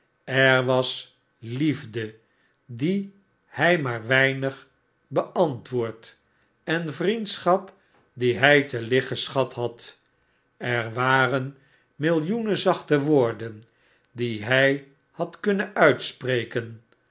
er was liefde die hij maar weinig beantwoord en vriendschap die hij te licht geschat had er waren millioenen zachte woorden die hij had kunnen uitspreken